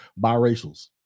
biracials